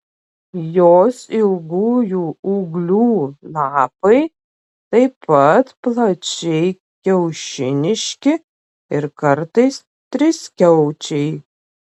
jos ilgųjų ūglių lapai taip pat plačiai kiaušiniški ir kartais triskiaučiai